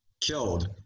killed